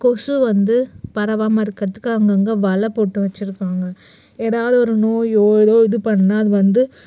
கொசு வந்து பரவாமல் இருக்கிறத்துக்கு அங்கங்கே வலை போட்டு வச்சுருக்காங்க எதாவது ஒரு நோயோ ஏதோ இது பண்ணிணா அது வந்து